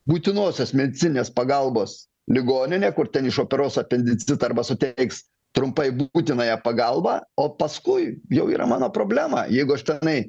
būtinosios medicininės pagalbos ligoninė kur ten išoperuos apendicitą arba suteiks trumpai būtinąją pagalbą o paskui jau yra mano problemą jeigu aš tenai